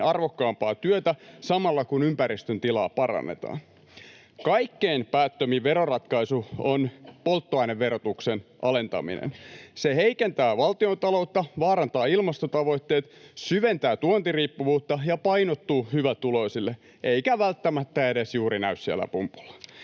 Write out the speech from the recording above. arvokkaampaa työtä samalla, kun ympäristön tilaa parannetaan. Kaikkein päättömin veroratkaisu on polttoaineverotuksen alentaminen. Se heikentää valtiontaloutta, vaarantaa ilmastotavoitteet, syventää tuontiriippuvuutta ja painottuu hyvätuloisille — eikä välttämättä edes juuri näy siellä pumpulla.